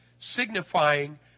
signifying